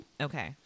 okay